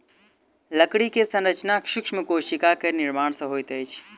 लकड़ी के संरचना सूक्ष्म कोशिका के निर्माण सॅ होइत अछि